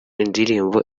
indirimbo